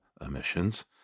emissions